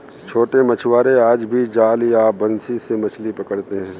छोटे मछुआरे आज भी जाल या बंसी से मछली पकड़ते हैं